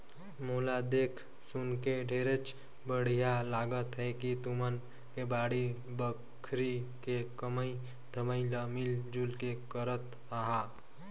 मोला देख सुनके ढेरेच बड़िहा लागत हे कि तुमन के बाड़ी बखरी के कमई धमई ल मिल जुल के करत अहा